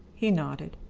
he nodded.